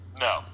No